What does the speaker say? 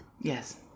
Yes